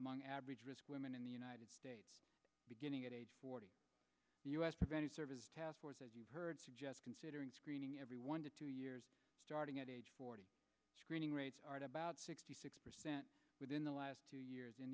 among average risk women in the united states beginning at age forty u s preventive services task force as you heard suggest considering screening every one to two years starting at age forty screening rates are at about sixty six percent within the last two years in